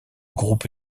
groupe